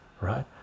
right